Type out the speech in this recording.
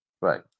Right